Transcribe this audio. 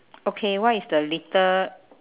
okay what is the litter